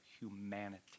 humanity